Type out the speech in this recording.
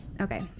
okay